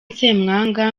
ssemwanga